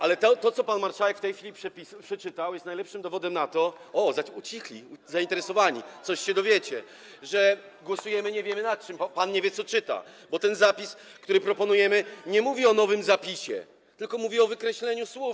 Ale to, co pan marszałek w tej chwili przeczytał, jest najlepszym dowodem na to - o, ucichli, zainteresowani, czegoś się dowiecie - że głosujemy nie wiemy nad czym, bo pan nie wie, co czyta, bo ten zapis, który proponujemy, nie mówi o nowym zapisie, tylko mówi o wykreśleniu słów.